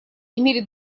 имели